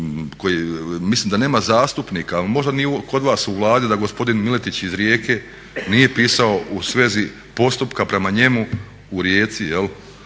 imamo, mislim da nema zastupnika možda ni kod vas u Vladi da gospodin Miletić iz Rijeke nije pisao u svezi postupka prema njemu u Rijeci jel'